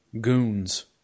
goons